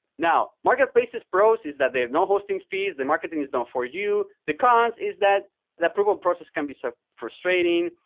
now marketplaces pros is that there are no hosting fees. the marketing is done for you. the cost is that that proof of process can be so frustrating.